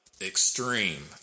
extreme